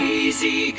easy